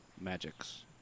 magics